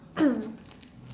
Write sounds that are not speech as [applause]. [coughs]